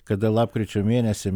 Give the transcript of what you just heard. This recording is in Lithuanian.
kada lapkričio mėnesį